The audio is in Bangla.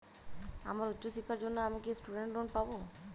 আমার উচ্চ শিক্ষার জন্য আমি কি স্টুডেন্ট লোন পাবো